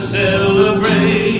celebrate